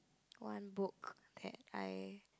one book that I